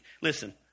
listen